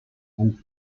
and